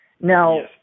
Now